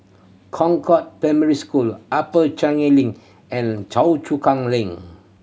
Concord Primary School Upper Changi Link and Choa Chu Kang Link